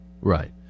Right